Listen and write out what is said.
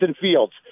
Fields